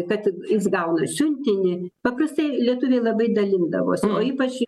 kad jis gauna siuntinį paprastai lietuviai labai dalindavosi o ypač